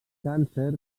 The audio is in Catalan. càncer